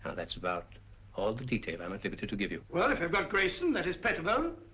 that's about all the detail i'm at liberty to give you. well, if they've got grayson, that is pettibone,